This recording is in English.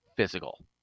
physical